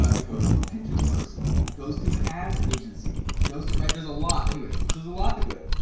ah it goes to a pinterest person, goes to an ads agency, goes to right, there's a lot, anyways, there's a lot to to it.